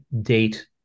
date